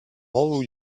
all